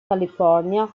california